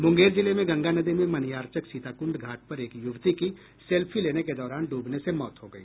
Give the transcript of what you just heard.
मूंगेर जिले में गंगा नदी में मनियारचक सीताकृण्ड घाट पर एक युवती की सेल्फी लेने के दौरान ड्रबने से मौत हो गई